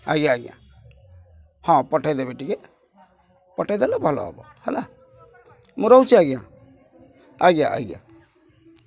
ଆଜ୍ଞା ଆଜ୍ଞା ହଁ ପଠାଇଦେବେ ଟିକେ ପଠାଇଦେଲେ ଭଲ ହେବ ହେଲା ମୁଁ ରହୁଛି ଆଜ୍ଞା ଆଜ୍ଞା ଆଜ୍ଞା